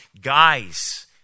guys